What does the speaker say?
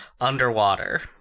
underwater